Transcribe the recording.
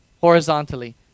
horizontally